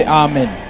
amen